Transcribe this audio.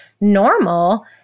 normal